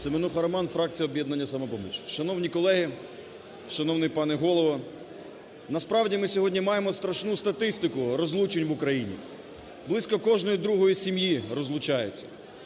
Семенуха Роман, фракція "Об'єднання "Самопоміч". Шановні колеги! Шановний пане Голово! Насправді ми сьогодні маємо страшну статистику розлучень в Україні. Близько кожної другої сім'ї розлучаються.